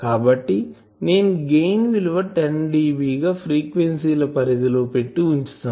కాబట్టి నేను గెయిన్ విలువ 10dB గా ఫ్రీక్వెన్సీల పరిధి లో పెట్టి ఉంచుతాను